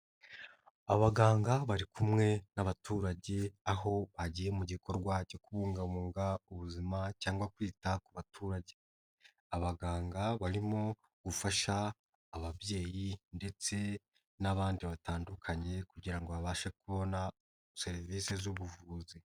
Abaganga bari kumwe n'abaturage, aho bagiye mu gikorwa cyo kubungabunga ubuzima cyangwa kwita ku baturage. Abaganga barimo gufasha ababyeyi ndetse n'abandi batandukanye kugira babashe kubona serivisi z'ubuvuzi.